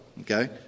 okay